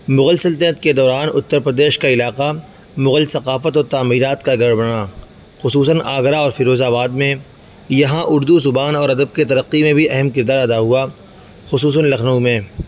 مغل سلطنت کے دوران اتر پردیش کا علاقہ مغل ثقافت اور تعمیرات کا گڑھ بنا خصوصاً آگرہ اور فیروز آباد میں یہاں اردو زبان اور ادب کی ترقی میں بھی اہم کردار ادا ہوا خصوصاً لکھنؤ میں